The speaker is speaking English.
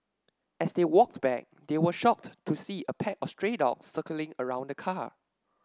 as they walked back they were shocked to see a pack of stray dogs circling around the car